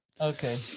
Okay